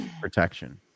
protection